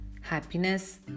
happiness